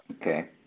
Okay